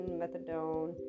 methadone